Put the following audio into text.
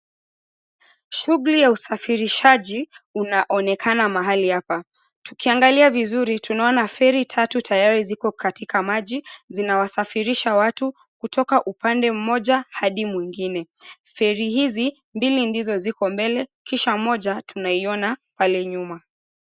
Shughuli ya usafirishaji, unaonekana mahali hapa. Tukiangalia vizuri, tunaona feri tatu tayari ziko katika maji, zinawasafirisha watu kutoka upande mmoja hadi mwingine. Feri hizi, mbili ndizo ziko mbele kisha moja tunaiona pale nyuma.